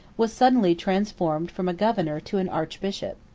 was suddenly transformed from a governor to an archbishop.